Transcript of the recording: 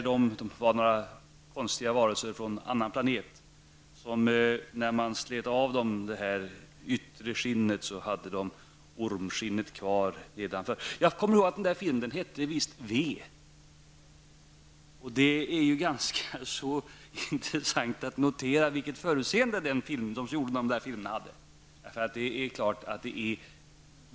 Det var några konstiga varelser från en annan planet som när man slet av dem det yttre skinnet visade sig ha ormskinnet kvar innanför. Jag kommer ihåg att den filmen hette V. Det är ganska intressant att notera vilket förutseende de som gjorde filmen hade.